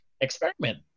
Experiment